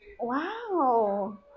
Wow